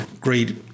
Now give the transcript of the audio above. Great